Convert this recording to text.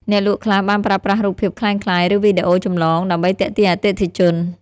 អ្នកលក់ខ្លះបានប្រើប្រាស់រូបភាពក្លែងក្លាយឬវីដេអូចម្លងដើម្បីទាក់ទាញអតិថិជន។